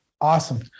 awesome